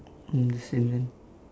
mm the same then